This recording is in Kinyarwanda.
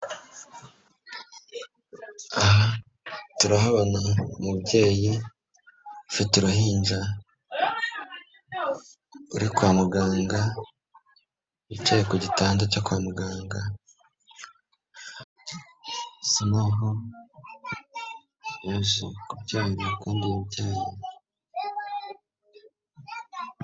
Aha turahabona umubyeyi ufite uruhinja, uri kwa muganga wicaye ku gitanda cyo kwa muganga asa naho yaje kubyara kandi yabyaye.